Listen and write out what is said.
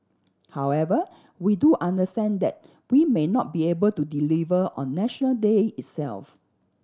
however we do understand that we may not be able to deliver on National Day itself